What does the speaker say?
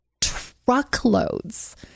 truckloads